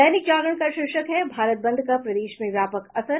दैनिक जागरण का शीर्षक है भारत बंद का प्रदेश में व्यापक असर